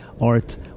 Art